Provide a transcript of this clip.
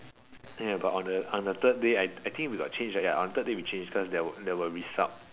ya but on the on the third day I think we got change ya on the third day we change cause there were there were resupp